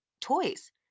toys